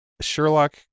Sherlock